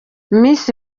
miss